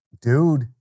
dude